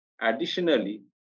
Additionally